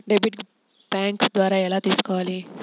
Debit bank ద్వారా ఎలా తీసుకోవాలి?